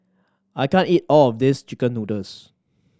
I can't eat all of this chicken noodles